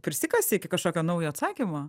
prisikasi iki kažkokio naujo atsakymo